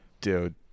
dude